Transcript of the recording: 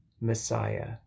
Messiah